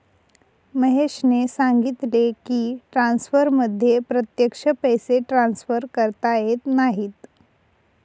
महेशने सांगितले की, ट्रान्सफरमध्ये प्रत्यक्ष पैसे ट्रान्सफर करता येत नाहीत